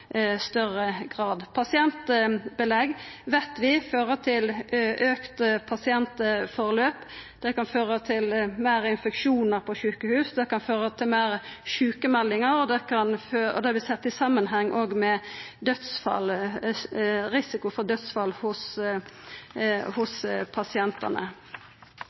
større grad. Pasientbelegg veit vi fører til auka pasientforløp, det kan føra til meir infeksjonar på sjukehus, det kan føra til meir sjukemeldingar, og det vert òg sett i samanheng med risiko for dødsfall hos pasientane.